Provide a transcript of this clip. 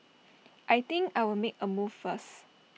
I think I'll make A move first